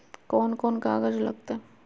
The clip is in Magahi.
कौन कौन कागज लग तय?